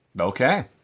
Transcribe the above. Okay